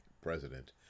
President